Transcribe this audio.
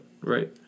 Right